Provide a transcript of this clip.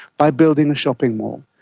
by building a shopping mall.